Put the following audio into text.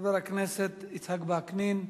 חבר הכנסת יצחק וקנין,